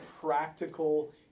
practical